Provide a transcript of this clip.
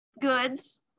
goods